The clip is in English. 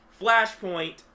Flashpoint